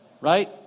Right